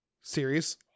series